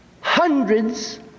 hundreds